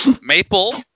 Maple